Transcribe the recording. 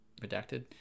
redacted